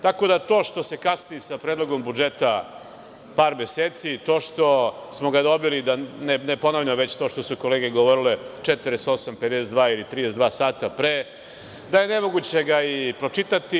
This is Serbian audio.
To što se kasni sa Predlogom budžeta par meseci, to što smo ga dobili, da ne ponavljam ono što su kolege govorile, 48, 52 ili 32 sata pre, da je nemoguće ga pročitati.